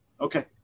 Okay